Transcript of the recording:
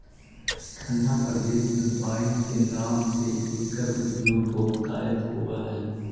ठण्ढा प्रदेश में वाइन के नाम से एकर उपयोग बहुतायत होवऽ हइ